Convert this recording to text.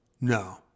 no